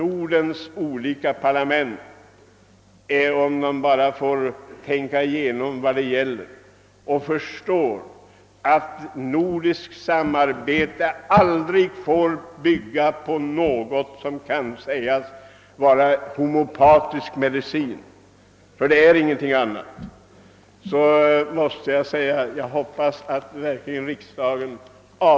Om de nordiska parlamenten bara får tänka igenom vad det gäller, kommer de säkerligen att förstå att nordiskt samarbete aldrig får gå ut på något som måste betecknas som homeopatisk verksamhet. Jag hoppas därför verkligen att riksdagen inte skall bevilja anslaget i fråga.